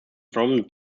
from